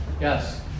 Yes